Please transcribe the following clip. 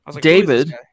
David